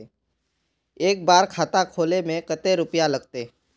एक बार खाता खोले में कते रुपया लगते?